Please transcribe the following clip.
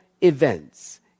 events